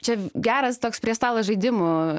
čia geras toks prie stalo žaidimų